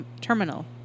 Terminal